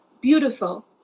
beautiful